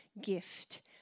gift